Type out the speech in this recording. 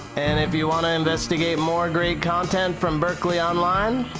and if you want to investigate more great content from berklee online,